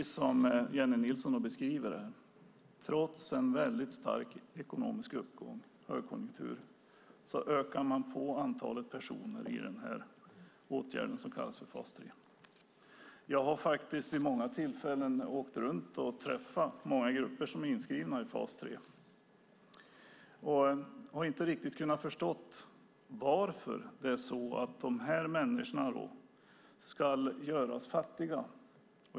Som Jennie Nilsson säger ökar man, trots en stark ekonomisk uppgång, en högkonjunktur, antalet personer i den åtgärd som kallas för fas 3. Jag har vid många tillfällen åkt runt och träffat grupper som är inskrivna i fas 3 och inte riktigt kunnat förstå varför dessa människor ska göras fattiga.